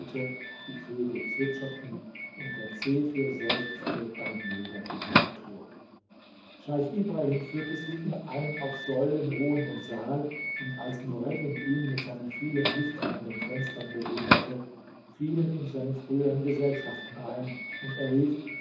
die vögel zwitscherten und der zephir seufzte bei milder temperatur scheich ibrahim führte sie in einen auf säulen ruhenden saal und als nureddin ihn mit seinen vielen lichtern an den fenstern bewunderte fielen ihm seine frühern gesellschaften ein und er rief